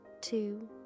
two